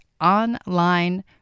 online